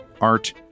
art